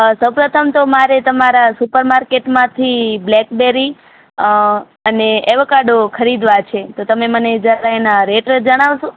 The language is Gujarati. સૌ પ્રથમ તો મારે તમારા સુપરમાર્કેટમાંથી બ્લેકબેરી અને એવોકાડો ખરીદવા છે તો તમે મને જરા એના રેટ જણાવશો